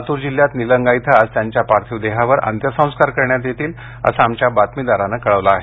लातुर जिल्ह्यात निलंगा इथं आज त्यांच्या पार्थिव देहावर अंत्यसंस्कार करण्यात येतील असं आमच्या बातमीदारानं कळवलं आहे